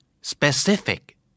specific